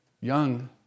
young